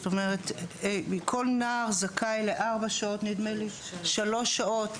כל נער זכאי לשלוש שעות